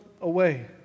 away